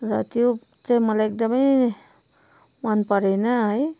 र त्यो चाहिँ मलाई एकदमै मन परेन है